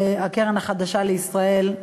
את הקרן החדשה לישראל,